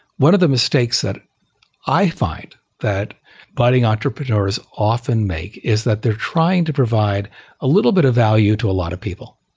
one of the mistakes that i find that budding entrepreneurs often make is that they're trying to provide a little bit of value to a lot of people,